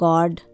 God